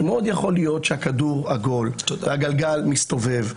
שמאוד יכול להיות שהכדור עגול והגלגל מסתובב,